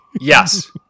Yes